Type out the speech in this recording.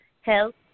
Health